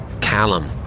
Callum